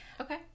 Okay